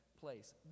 place